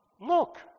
Look